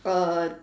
err